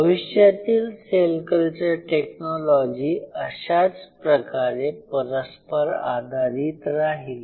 भविष्यातील cell culture technology अशाच प्रकारे परस्पर आधारित राहील